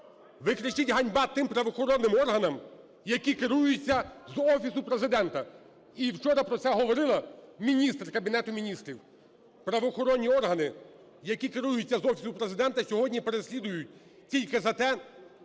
Ви кричіть "ганьба" тим правоохоронним органам, які керуються з Офісу Президента, і вчора про це говорив міністр Кабінету Міністрів. Правоохоронні органи, які керуються з Офісу Президента, сьогодні переслідують тільки за те,